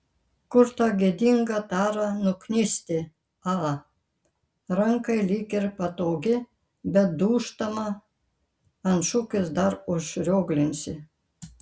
kur tą gėdingą tarą nuknisti a rankai lyg ir patogi bet dūžtama ant šukės dar užrioglinsi